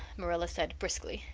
marilla said briskly.